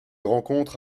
rencontre